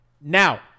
Now